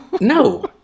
No